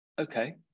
okay